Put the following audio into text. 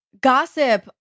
gossip